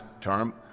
term